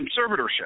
conservatorship